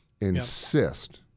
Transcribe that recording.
insist